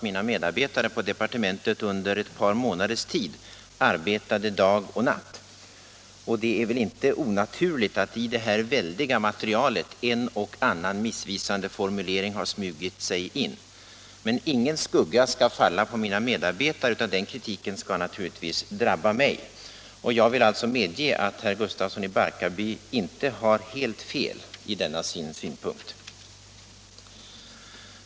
Mina medarbetare på departementet arbetade under ett par månaders tid bokstavligt talat dag och natt. Det är väl inte onaturligt att det i detta väldiga material smugit sig in en och annan missvisande formulering. Men ingen skugga skall falla på mina medarbetare, utan den kritiken skall naturligtvis drabba mig. Jag vill alltså medge att herr Gustafsson i Barkarby inte har helt fel i denna sin synpunkt.